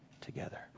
together